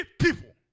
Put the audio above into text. people